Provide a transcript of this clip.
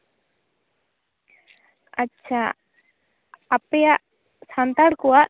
ᱟᱪᱪᱷᱟ ᱟᱯᱮᱭᱟᱜ ᱥᱟᱱᱛᱟᱲ ᱠᱚᱣᱟᱜ